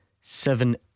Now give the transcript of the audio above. seven